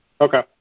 okay